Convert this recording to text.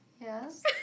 Yes